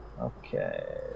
Okay